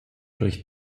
durch